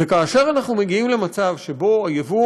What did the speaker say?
וכאשר אנחנו מגיעים למצב שבו היבוא